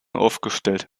aufgestellt